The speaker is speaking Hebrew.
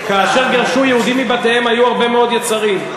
כאשר גירשו יהודים מבתיהם היו הרבה מאוד יצרים,